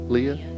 Leah